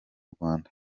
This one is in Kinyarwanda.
rwanda